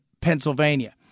Pennsylvania